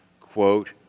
quote